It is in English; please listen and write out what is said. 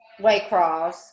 Waycross